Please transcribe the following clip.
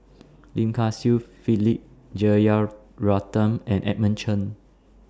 Lim Kay Siu Philip Jeyaretnam and Edmund Chen